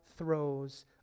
throws